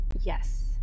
Yes